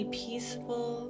peaceful